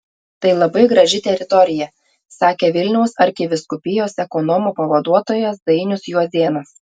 tai labai graži teritorija sakė vilniaus arkivyskupijos ekonomo pavaduotojas dainius juozėnas